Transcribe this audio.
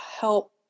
help